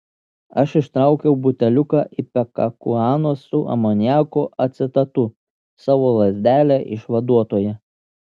aš ištraukiau buteliuką ipekakuanos su amoniako acetatu savo lazdelę išvaduotoją